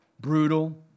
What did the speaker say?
brutal